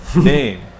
name